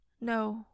No